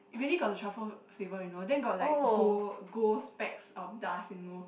really got the truffle flavour you know then got like gold gold specks of dust you know